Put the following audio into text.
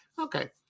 Okay